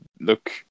look